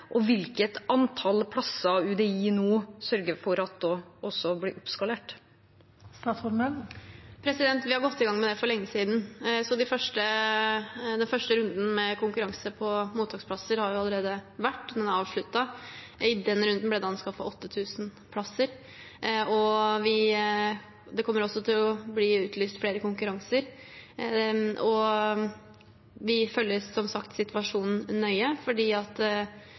og hvilket antall plasser UDI nå sørger for at det blir oppskalert med. Vi har gått i gang med det for lenge siden. Den første runden med konkurranse på mottaksplasser har jo allerede vært, den er avsluttet, og i den runden ble det anskaffet 8 000 plasser. Det kommer også til å bli utlyst flere konkurranser. Vi følger som sagt situasjonen nøye,